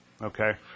Okay